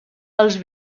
els